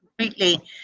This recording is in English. completely